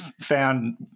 found